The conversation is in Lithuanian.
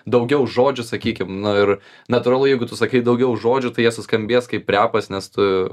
daugiau žodžių sakykim nu ir natūralu jeigu tu sakai daugiau žodžių tai jie suskambės kaip repas nes tu